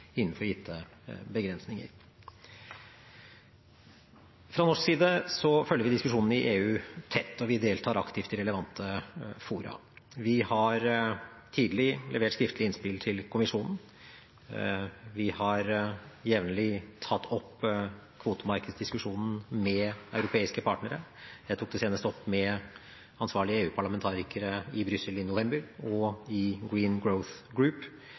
innenfor gitte begrensninger. Fra norsk side følger vi diskusjonene i EU tett, og vi deltar aktivt i relevante fora. Vi har tidlig levert skriftlige innspill til kommisjonen. Vi har jevnlig tatt opp kvotemarkedsdiskusjonen med europeiske partnere. Jeg tok det senest opp med ansvarlige EU-parlamentarikere i Brussel i november og i Green Growth Group.